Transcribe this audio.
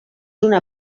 una